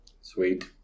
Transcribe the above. Sweet